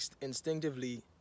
instinctively